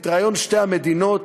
את רעיון שתי המדינות,